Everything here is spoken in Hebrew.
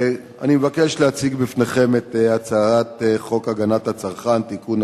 אני מבקש להציג בפניכם את הצעת חוק הגנת הצרכן (תיקון,